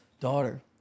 daughter